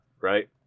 right